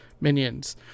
minions